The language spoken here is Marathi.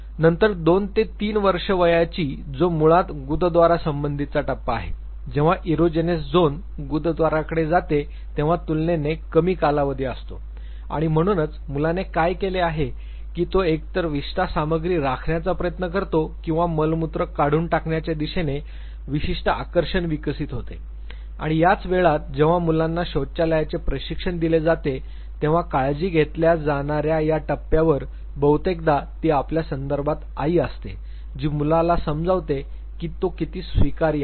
नंतर दोन ते तीन वर्षे वयाची जो मुळात गुदद्वारासंबंधीचा टप्पा आहे जेव्हा इरोजेनस झोन गुद्द्वारकडे जाते तेव्हा तुलनेने कमी कालावधी असतो आणि म्हणूनच मुलाने काय केले आहे की तो एकतर विष्ठा सामग्री राखण्याचा प्रयत्न करतो किंवा मलमूत्र काढून टाकण्याच्या दिशेने विशिष्ट आकर्षण विकसित होते आणि याच वेळात जेव्हा मुलांना शौचालयाचे प्रशिक्षण दिले जाते तेव्हा काळजी घेतल्या जाणा या या टप्प्यावर बहुतेकदा ती आपल्या संदर्भात आई असते जी मुलाला समजावते की तो किती स्वीकार्य आहे